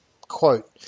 quote